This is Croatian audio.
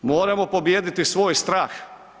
Moramo pobijediti svoj strah.